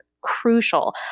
crucial